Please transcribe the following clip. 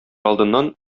алдыннан